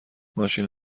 ماشین